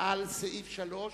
עכשיו על סעיף 3,